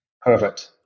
Perfect